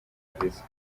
viza